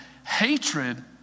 Hatred